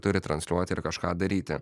turi transliuoti ir kažką daryti